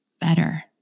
better